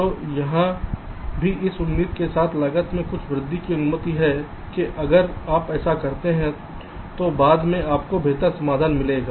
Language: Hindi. तो यहाँ भी इस उम्मीद के साथ लागत में कुछ वृद्धि की अनुमति है कि अगर आप ऐसा करते हैं तो बाद में आपको बेहतर समाधान मिलेगा